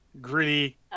Gritty